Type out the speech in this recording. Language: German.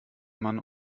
man